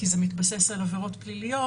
כי זה מתבסס על עבירות פליליות,